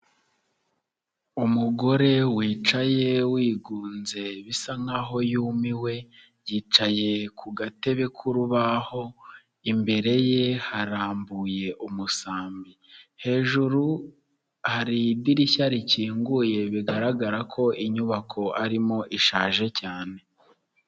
Umugore wicaye wigunze bisa nkaho yumiwe yicaye ku gatebe k'urubaho imbere ye harambuye umusambi, hejuru hari idirishya rikinguye bigaragara ko inyubako arimo ishaje cyane.